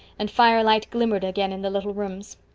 and firelight glimmered again in the little rooms.